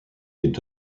est